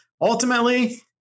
ultimately